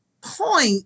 point